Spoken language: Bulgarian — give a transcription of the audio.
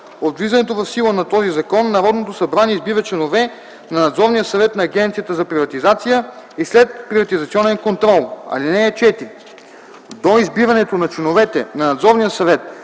от влизането в сила на този закон Народното събрание избира членовете на надзорния съвет на Агенцията за приватизация и следприватизационен контрол. (4) До избирането на членовете на надзорния съвет